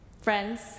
Friends